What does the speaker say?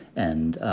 and